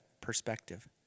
perspective